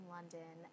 London